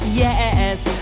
yes